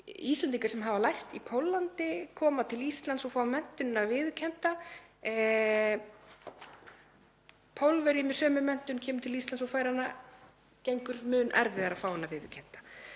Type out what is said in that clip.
Íslendingar sem hafa lært í Póllandi komi til Íslands og fái menntun sína viðurkennda en Pólverji með sömu menntun kemur til Íslands og honum gengur mun erfiðlegar að fá hana viðurkennda.